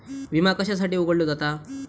विमा कशासाठी उघडलो जाता?